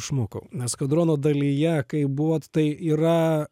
išmokau eskadrono dalyje kai buvo tai yra